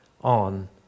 on